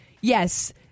yes